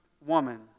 woman